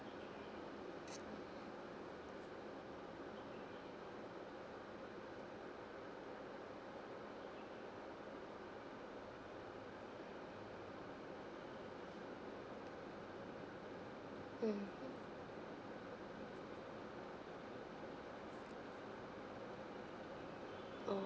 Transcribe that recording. mm